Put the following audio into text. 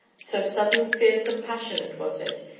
so sudden, fierce, and passionate was it,